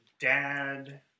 dad